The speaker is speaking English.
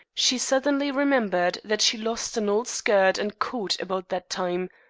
she suddenly remembered that she lost an old skirt and coat about that time.